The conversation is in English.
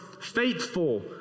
faithful